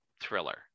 thriller